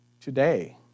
today